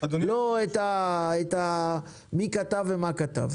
לא מי כתב ומה כתב.